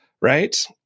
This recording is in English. right